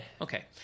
Okay